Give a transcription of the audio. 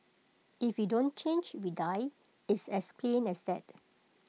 if we don't change we die it's as plain as that